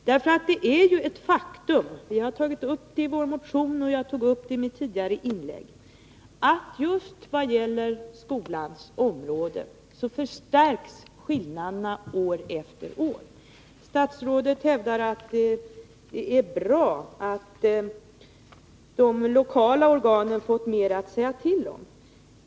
Det är ju ett faktum — vi har tagit upp det i vår motion, och jag tog upp det i mitt tidigare inlägg — att just på skolans område förstärks skillnaderna år efter år. Statsrådet hävdar att det är bra att de lokala organen fått mer att säga till om.